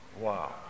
wow